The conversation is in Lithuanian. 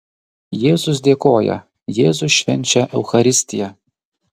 jėzus dėkoja jėzus švenčia eucharistiją